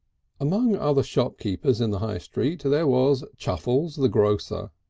among other shopkeepers in the high street there was chuffles, the grocer,